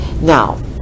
Now